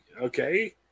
okay